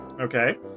Okay